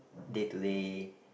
day to day